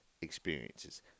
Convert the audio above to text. experiences